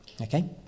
Okay